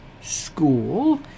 school